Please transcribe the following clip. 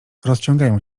rozciągają